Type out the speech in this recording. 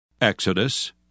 Exodus